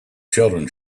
children